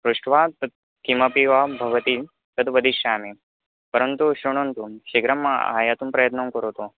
पृष्ट्वा तत् किमपि वा भवति तद् वदिष्यामि परन्तु शृण्वन्तु शीध्रम् आयातुं प्रयत्नं करोतु